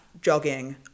jogging